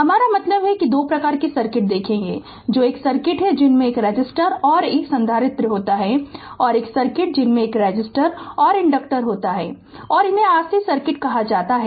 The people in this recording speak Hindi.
हमारा मतलब है कि 2 प्रकार के सर्किट देखेंगे जो एक सर्किट है जिसमें एक रेसिस्टर और संधारित्र होता है और एक सर्किट जिसमें एक रेसिस्टर और इनडक्टर होता है और इन्हें RC सर्किट कहा जाता है